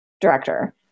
director